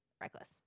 Reckless